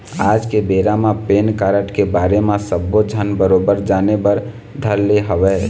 आज के बेरा म पेन कारड के बारे म सब्बो झन बरोबर जाने बर धर ले हवय